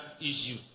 issue